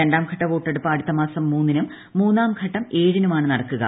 രണ്ടാം ഘട്ട വോട്ടെടുപ്പ് അടുത്ത മാസം മൂന്നിനും മൂന്നാം ഘട്ടം ഏഴിനുമാണ് നടക്കുക